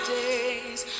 days